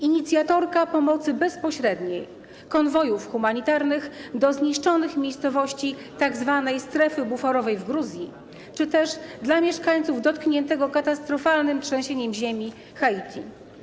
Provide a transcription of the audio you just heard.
Inicjatorka pomocy bezpośredniej - konwojów humanitarnych do zniszczonych miejscowości tzw. strefy buforowej w Gruzji czy też dla mieszkańców dotkniętego katastrofalnym trzęsieniem ziemi Haiti.